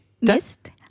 Missed